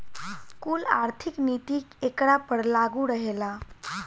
कुल आर्थिक नीति एकरा पर लागू रहेला